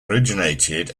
originated